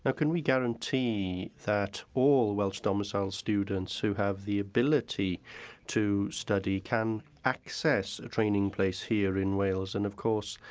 ah we guarantee that all welsh domiciled students who have the ability to study can access a training place here in wales? and of course,